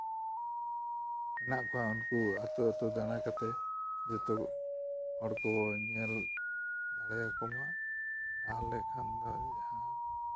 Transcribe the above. ᱢᱮᱱᱟᱜ ᱠᱚᱣᱟ ᱩᱱᱠᱩ ᱟᱛᱳ ᱟᱛᱳ ᱫᱟᱬᱟ ᱠᱟᱛᱮ ᱡᱷᱚᱛᱚ ᱦᱚᱲᱠᱚ ᱧᱮᱞ ᱫᱟᱲᱮᱭᱟᱠᱚ ᱢᱟ ᱛᱟᱦᱚᱞᱮ ᱠᱷᱟᱱ ᱫᱚ ᱡᱟᱦᱟᱸ